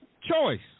Choice